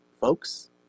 folks